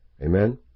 Amen